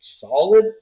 solid